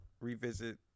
revisit